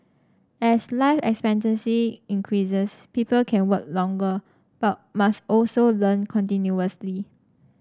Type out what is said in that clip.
as life expectancy increases people can work longer but must also learn continuously